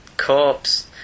corpse